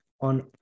on